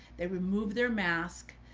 they remove their mask.